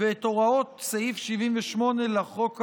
והוראות סעיף 78 לחוק האמור.